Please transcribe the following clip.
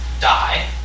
Die